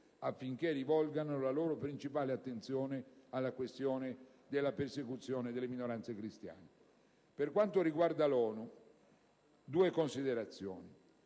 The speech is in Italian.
affinché rivolgano la loro principale attenzione alla questione della persecuzione delle minoranze cristiane. Per quel che riguarda l'ONU, desidero